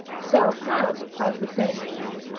self have, as the saying is,